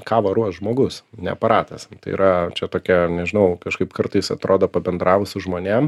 kavą ruoš žmogus ne aparatas tai yra čia tokia nežinau kažkaip kartais atrodo pabendravus su žmonėm